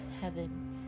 heaven